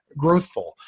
growthful